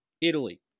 Italy